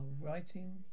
writing